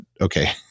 okay